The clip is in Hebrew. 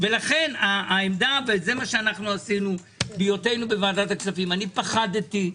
ולכן העמדה וזה מה שעשינו בהיותנו בוועדת הכספים פחדתי.